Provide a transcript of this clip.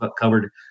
covered